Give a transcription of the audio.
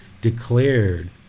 declared